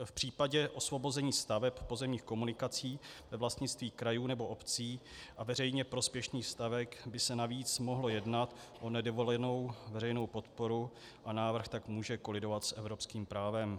V případě osvobození staveb pozemních komunikací ve vlastnictví krajů nebo obcí a veřejně prospěšných staveb by se navíc mohlo jednat o nedovolenou veřejnou podporu, a návrh tak může kolidovat s evropským právem.